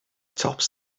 tops